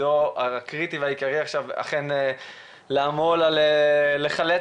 תפקידו הקריטי והעיקרי עכשיו לעמול לחלץ